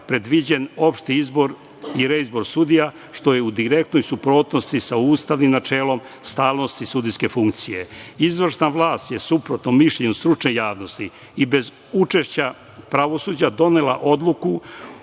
predviđen opšti izbor i reizbor sudija, što je u direktnoj suprotnosti sa ustavnim načelom stalnosti sudijske funkcije. Izvršna vlast je suprotno mišljenju stručne javnosti i bez učešća pravosuđa donela odluku